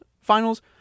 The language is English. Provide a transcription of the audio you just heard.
finals